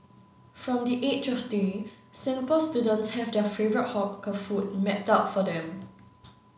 from the age of three Singapore students have their favourite hawker food mapped out for them